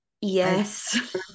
Yes